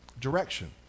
direction